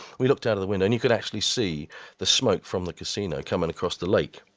we looked out of the window and you could actually see the smoke from the casino coming across the lake.